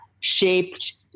shaped